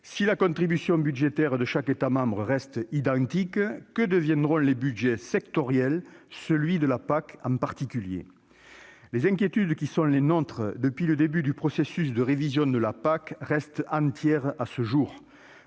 Si la contribution budgétaire de chaque État membre reste identique, que deviendront les budgets sectoriels, celui de la PAC en particulier ? Les inquiétudes qui sont les nôtres depuis le début du processus de révision de la PAC restent entières à ce jour.